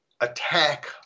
attack